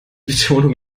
betonung